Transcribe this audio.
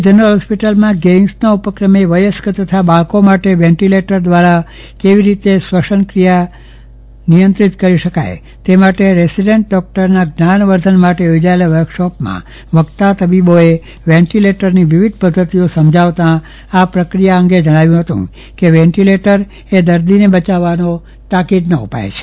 general હોસ્પિટલમાં ગેઈમ્સનાં ઉપક્રમે વયસ્ક તથા બાળકો માટે વેન્ટીલેટરકૃત્રિમ શ્વાસોછવાસ દ્વારા કેવી રીતે શ્વસનપ્રક્રિયા નિયંત્રિત કરી શકાય તે માટે રેસીડેન્ટ ડોક્ટર્સનાં જ્ઞાનવર્ધન માટે યોજાયેલા વર્કશોપમાં વક્તા તબીબોએ વેન્ટીલેટરની વિવિધ પધ્ધતિઓ સમજાવતા આ પ્રક્રિયા અંગે જણાવ્યું હતું કેવેન્ટીલેટરદર્દીને બચાવવાનો તાકીદનો ઉપાય છે